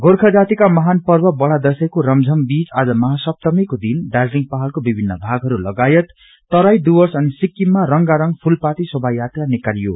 गोख जातिका महान पर्व बड़ा दशैंको रमझम बीच आज महा सप्तमीको दिन दार्जीलिङ पहाड़को विभिन्न भागहरू लगायत तराई डुव्रस अनि सिक्किममा रंगारंग फूलपाती शोमा यात्रा निकालियो